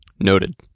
Noted